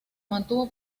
mantuvo